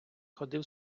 ходив